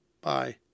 Bye